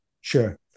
sure